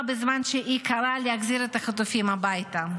בזמן שהיא קראה להחזיר את החטופים הביתה.